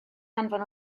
anfon